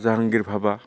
जाहांगिर बाहबा